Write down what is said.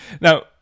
Now